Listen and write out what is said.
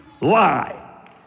lie